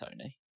Tony